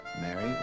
Mary